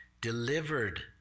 Delivered